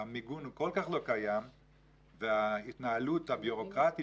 והמיגון הוא כל כך לא קיים וההתנהלות הבירוקרטית